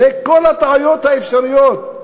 הרי כל הטעויות האפשריות,